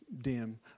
dim